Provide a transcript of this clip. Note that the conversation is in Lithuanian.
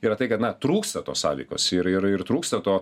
yra tai kad na trūksta tos sąveikos ir ir ir trūksta to